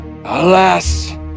Alas